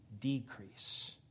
decrease